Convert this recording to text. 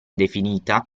definita